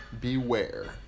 Beware